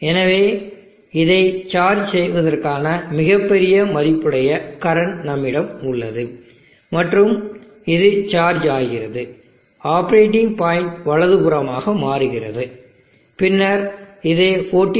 எனவே இதை சார்ஜ் செய்வதற்கான மிகப்பெரிய மதிப்புடைய கரண்ட் நம்மிடம் உள்ளது மற்றும் இது சார்ஜ் ஆகிறது ஆப்பரேட்டிங் பாயிண்ட் வலதுபுறமாக மாறுகிறது பின்னர் இது 14